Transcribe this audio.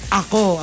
ako